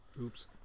Oops